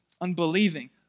unbelieving